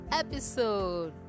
episode